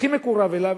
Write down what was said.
הכי מקורב אליו,